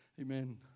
Amen